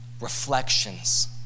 reflections